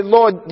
Lord